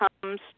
comes